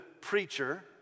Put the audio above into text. preacher